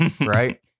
Right